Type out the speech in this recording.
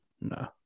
No